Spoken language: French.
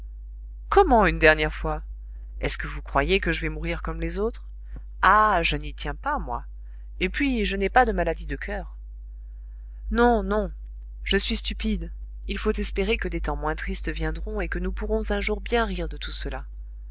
comment une dernière fois est-ce que vous croyez que je vais mourir comme les autres ah je n'y tiens pas moi et puis je n'ai pas de maladie de coeur non non je suis stupide il faut espérer que des temps moins tristes viendront et que nous pourrons un jour bien rire de tout cela